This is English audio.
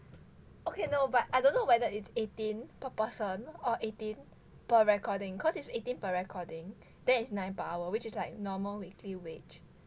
okay no but I don't know whether it's eighteen per person or eighteen per recording cause it's eighteen per recording then it's nine per hour which is like normal weekly wage